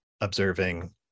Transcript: observing